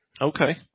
Okay